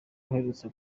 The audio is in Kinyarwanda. uherutse